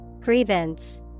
Grievance